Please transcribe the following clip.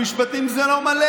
המשפטים זה לא מלא.